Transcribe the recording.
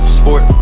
sport